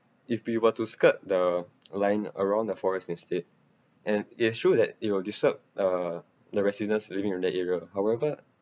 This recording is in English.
if we were to skirt the line around the forest instead and it's true that it will disturb uh the residents living around the area however